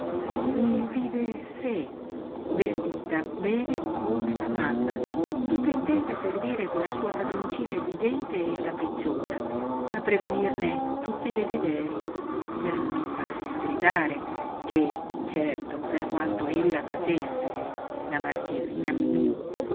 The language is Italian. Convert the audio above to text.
e vide sé vestita bene come la mamma tutta intenta a servire quella sua padroncina esigente e capricciosa a prevenirne tutti i desiderii per non farsi sgridare ché certo per quanto ella facesse la marchesina mimí lí